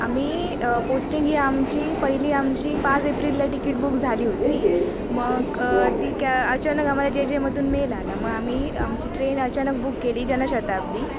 आम्ही पोस्टिंग ही आमची पहिली आमची पाच एप्रिलला टिकीट बुक झाली होती मग ती कॅ अचानक आम्हाला जे जेमधून मेल आला मग आम्ही आमची ट्रेन अचानक बुक केली जनशताब्दी